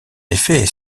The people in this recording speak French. effet